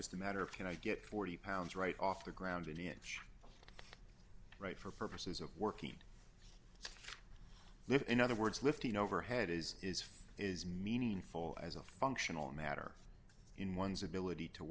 just a matter of can i get forty pounds right off the ground an inch right for purposes of working in other words lifting overhead is is is meaningful as a functional matter in one's ability to